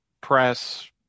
press